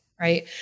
right